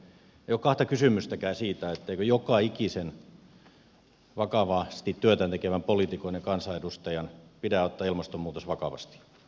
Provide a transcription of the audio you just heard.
ei ole kahta kysymystäkään siitä etteikö joka ikisen vakavasti työtä tekevän poliitikon ja kansanedustajan pidä ottaa ilmastonmuutos vakavasti